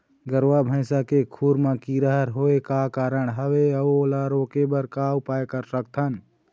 गरवा भैंसा के खुर मा कीरा हर होय का कारण हवए अऊ ओला रोके बर का उपाय कर सकथन?